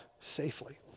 safely